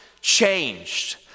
changed